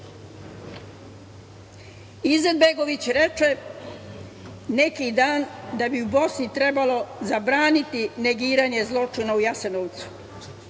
genocid. Izetbegović reče neki dan da bi u Bosni trebao zabraniti negiranje zločina u Jasenovcu.